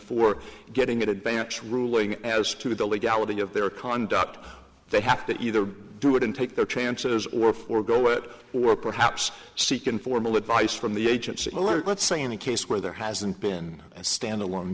for getting an advance ruling as to the legality of their conduct they have to either do it and take their chances or forgo it or perhaps seek informal advice from the agency let's say in a case where there hasn't been a stand alone